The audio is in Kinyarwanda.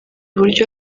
uburyo